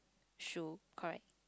shoe correct